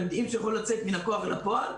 יודעים שהוא יוכל לצאת מהכוח אל הפועל,